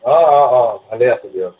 অ' অ' অ' ভালেই আছোঁ দিয়ক